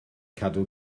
cadw